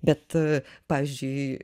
bet pavyzdžiui